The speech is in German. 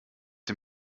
dem